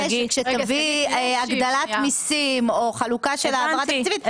שכשתביאי הגדלת מסים או חלוקה של העברה תקציבית,